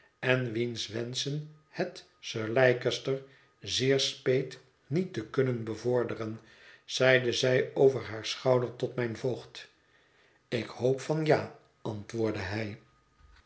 en wiens wenschen het sir leicester zeer speet niet te kunnen bevorderen zeide zij over haar schouder tot mijn voogd ik hoop van ja antwoordde hij